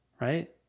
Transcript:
right